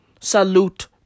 Salute